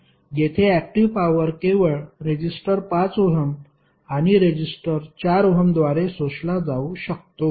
येथे active power केवळ resistor 5 ohm आणि रेजिस्टर 4 ओहमद्वारे शोषला जाऊ शकतो